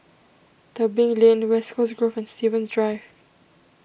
Tebing Lane West Coast Grove and Stevens Drive